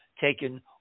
taken